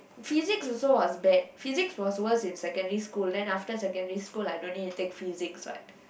physics also was bad physics was worse in secondary school then after secondary school I don't need to take physics what